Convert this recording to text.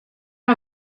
are